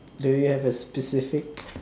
do you have a specific